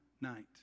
Night